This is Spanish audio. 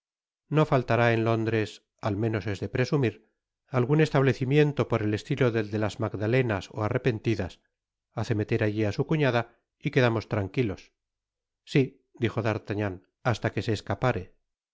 no faltará en lóndres al menos es de presumir algun establecimiento por el estilo del de las magdalenas ó arrepentidas hace meter alli á su cuñada y quedamos tranquilos si dijo d'artagnan hasta que se escapare